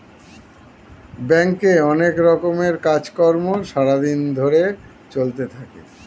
ব্যাংকে অনেক রকমের কাজ কর্ম সারা দিন ধরে চলতে থাকে